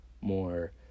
more